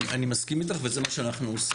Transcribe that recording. אני מסכים איתך, וזה מה שאנחנו עושים.